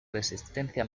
resistencia